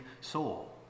soul